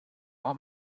want